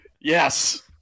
Yes